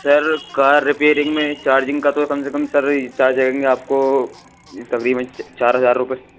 سر car repairing میں charging کا تو کم سے کم سر چارج آئیں گے آپ کو تقریباً چار ہزار روپئے